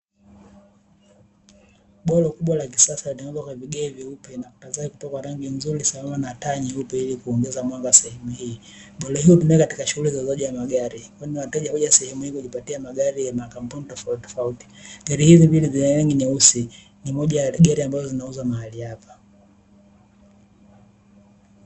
Bwalo kubwa la kisasa limetengenezwa kwa vigae vyeupe na kuta zake kupakwa rangi nzuri sambamba na taa nyeupe ili kuongeza mwanga sehemu hii. Bwalo hilo hutumika katika uuzaji wa magari kwani wateja huja sehemu hii kujipatia magari ya makampuni tofautitofauti. Gari hizi mbili zina rangi nyeusi ni moja ya gari ambazo zinazouzwa mahali hapa.